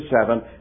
seven